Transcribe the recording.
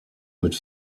mit